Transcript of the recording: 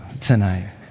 tonight